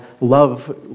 love